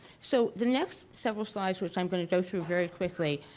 so the next several slides which i'm gonna go through very quickly,